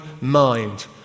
mind